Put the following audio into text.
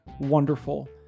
wonderful